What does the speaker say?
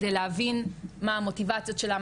כדי להבין מה המוטיבציות שלה,